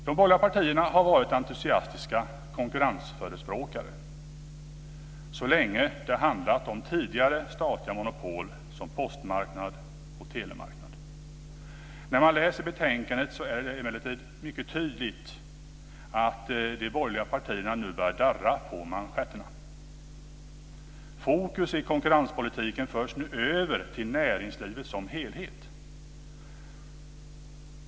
De borgerliga partierna har varit entusiastiska konkurrensförespråkare så länge det handlat om tidigare statliga monopol som postmarknad och telemarknad. När man läser betänkandet är det emellertid mycket tydligt att de borgerliga partierna nu börjar darra på manschetterna. Fokus i konkurrenspolitiken förs nu över till näringslivet som helhet.